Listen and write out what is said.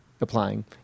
applying